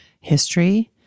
history